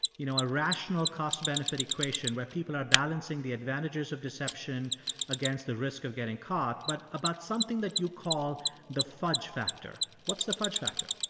you know, a rational cost-benefit equation where people are balancing the advantages of deception against the risk of getting caught but about something that you call the fudge factor. what's the fudge factor?